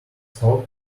talk